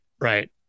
right